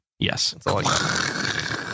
Yes